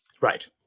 Right